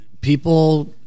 people